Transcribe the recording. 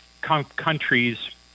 countries